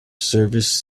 service